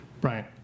Brian